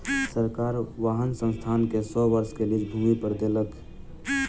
सरकार वाहन संस्थान के सौ वर्ष के लीज भूमि पर देलक